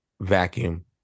vacuum